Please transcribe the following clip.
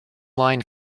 line